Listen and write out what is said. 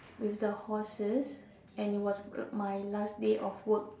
with the horses and it was my last day of work